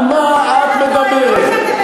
על מה את מדברת?